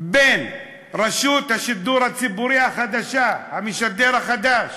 בין רשות השידור הציבורית החדשה, המשדר החדש,